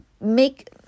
Make